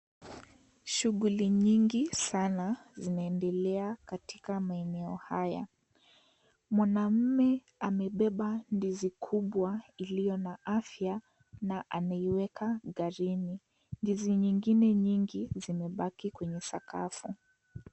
Shughuli nyingi sana zinaendelea katika maeneo haya. Mwanaume amebeba ndizi kubwa iliyo na afya na anaiweka garini ndizi nyingine nyingi zimebaki kwenye sakafu.